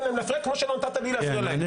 להן להפריע כמו שלא נתת לי להפריע להן.